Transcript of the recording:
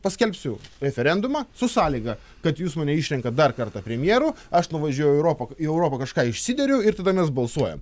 paskelbsiu referendumą su sąlyga kad jūs mane išrenkat dar kartą premjeru aš nuvažiuoju į europą į europą kažką išsideriu ir tada mes balsuojam